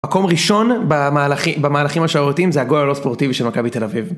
מקום ראשון במהלכים השערוריתיים זה הגול הלא הספורטיבי של מכבי תל אביב.